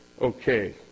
Okay